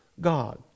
God